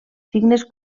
signes